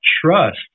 trust